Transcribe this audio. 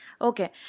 Okay